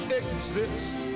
exist